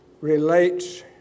relates